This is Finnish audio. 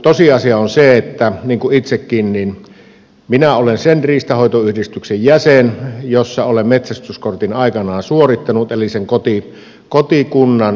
tosiasia on se että minä itsekin olen sen riistanhoitoyhdistyksen jossa olen metsästyskortin aikanaan suorittanut jäsen eli sen kotikunnan riistanhoitoyhdistyksen jäsen